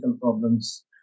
problems